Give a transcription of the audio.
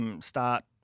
start